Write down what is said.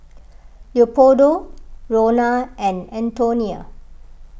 Leopoldo Ronna and Anthoney